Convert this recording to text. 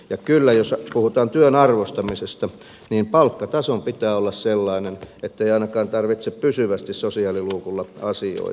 ja jos puhutaan työn arvostamisesta niin kyllä palkkatason pitää olla sellainen ettei ainakaan tarvitse pysyvästi sosiaaliluukulla asioida